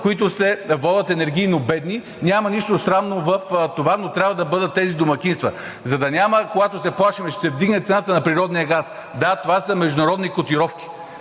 които се водят енергийно бедни. Няма нищо срамно в това, но трябва да бъдат тези домакинства. Когато се плашим, че ще се вдигне цената на природния газ, да, това са международни котировки.